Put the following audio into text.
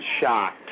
shocked